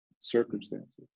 circumstances